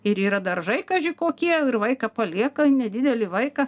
ir yra daržai kaži kokie ir vaiką palieka nedidelį vaiką